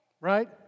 Right